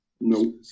no